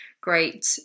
great